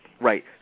Right